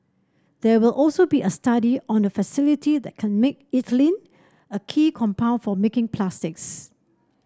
there will also be a study on a facility that can make ethylene a key compound for making plastics